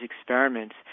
experiments